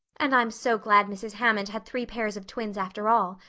and i'm so glad mrs. hammond had three pairs of twins after all.